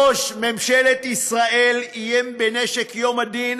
ראש ממשלת ישראל איים בנשק יום הדין